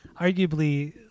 arguably